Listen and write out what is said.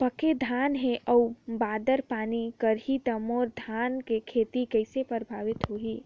पके धान हे अउ बादर पानी करही त मोर धान के खेती कइसे प्रभावित होही?